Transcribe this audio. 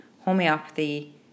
homeopathy